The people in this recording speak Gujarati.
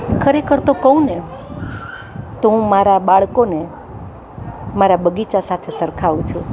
ખરેખર તો કહુંને તો હું મારા બાળકોને મારા બગીચા સાથે સરખાવું છું